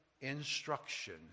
instruction